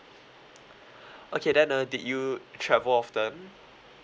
okay then uh did you travel often